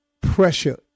pressure